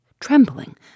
Trembling